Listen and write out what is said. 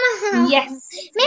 Yes